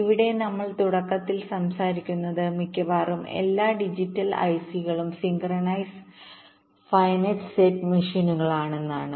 ഇവിടെ നമ്മൾ തുടക്കത്തിൽ സംസാരിക്കുന്നത് മിക്കവാറും എല്ലാ ഡിജിറ്റൽ ഐസികളുംdigital ICsസിൻക്രൊണസ് ഫിനിറ്റ് സെറ്റ് മെഷീനുകളാണെന്നാണ്